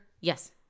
Yes